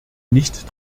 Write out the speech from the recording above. nicht